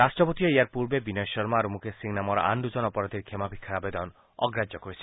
ৰাট্টপতিয়ে ইয়াৰ পূৰ্বে বিনয় শৰ্মা আৰু মুকেশ সিং নামৰ আন দুজন অপৰাধীৰ ক্ষমা ভিক্ষাৰ আৱেদন অগ্ৰাহ্য কৰিছিল